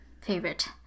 favorite